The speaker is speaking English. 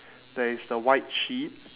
there is the white sheet